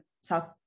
south